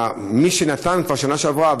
מי שנתן כבר בשנה שעברה,